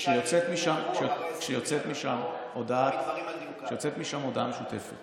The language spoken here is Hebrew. כשיוצאת משם הודעה משותפת